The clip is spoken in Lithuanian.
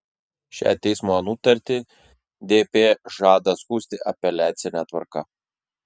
šią teismo nutartį dp žada skųsti apeliacine tvarka